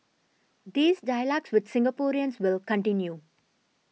these dialogues with Singaporeans will continue